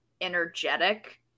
energetic